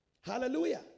Hallelujah